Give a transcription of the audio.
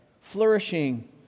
flourishing